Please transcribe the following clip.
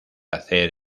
hacer